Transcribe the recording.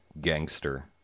Gangster